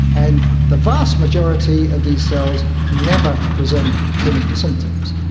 and the vast majority of these cells never present clinical symptoms.